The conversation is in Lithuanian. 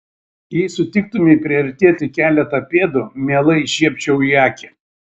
jei sutiktumei priartėti keletą pėdų mielai žiebčiau į akį